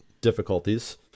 difficulties